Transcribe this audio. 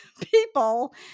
people